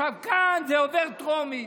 עכשיו, כאן זה עובר לטרומית,